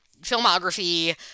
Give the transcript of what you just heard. filmography